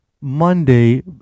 Monday